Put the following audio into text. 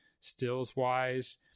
stills-wise